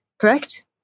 Correct